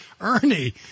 Ernie